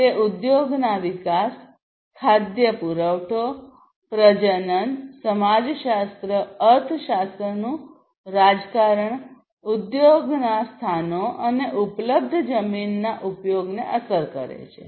તે ઉદ્યોગના વિકાસ ખાદ્ય પુરવઠા પ્રજનન સમાજશાસ્ત્ર અર્થશાસ્ત્રનું રાજકારણ ઉદ્યોગના સ્થાનો અને ઉપલબ્ધ જમીનના ઉપયોગને અસર કરે છે